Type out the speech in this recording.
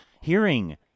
hearing